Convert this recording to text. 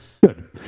good